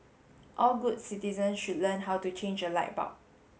all good citizen should learn how to change a light bulb